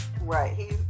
Right